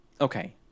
Okay